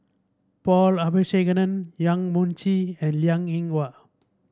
Paul Abisheganaden Yang Mun Chee and Liang Eng Hwa